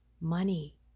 money